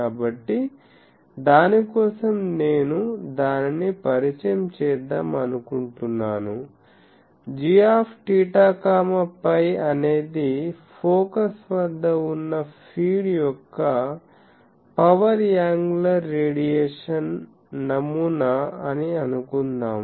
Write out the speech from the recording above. కాబట్టి దాని కోసం నేను దానిని పరిచయం చేద్దాం అనుకుంటున్నాను gθφ అనేదిఫోకస్ వద్ద ఉన్న ఫీడ్ యొక్క పవర్ యాంగులర్ రేడియేషన్ నమూనా అని అనుకుందాం